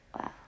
Wow